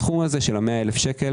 הסכום של ה-100,000 שקל